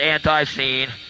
Anti-Scene